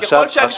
וככל --- רגע.